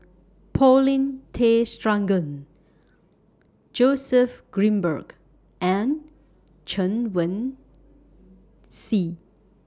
Paulin Tay Straughan Joseph Grimberg and Chen Wen Hsi